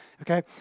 Okay